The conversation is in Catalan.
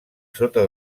sota